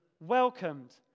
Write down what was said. welcomed